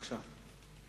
בבקשה.